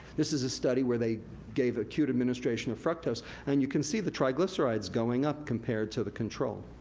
this is a study where they gave acute administration of fructose, and you can see the triglycerides going up compared to the control.